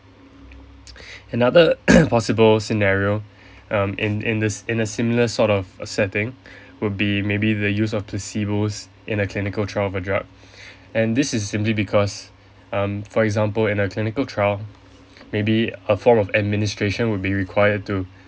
another possible scenario um in in this in a similar sort of setting would be maybe the use of placebos in a clinical trial of a drug and this is simply because um for example in a clinical trial maybe a form of administration would be required to